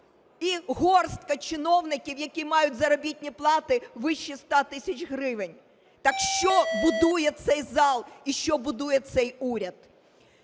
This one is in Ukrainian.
І горстка чиновників, які мають заробітні плати вище 100 тисяч гривень. Так що будує цей зал? І що будує цей уряд?